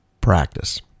Practice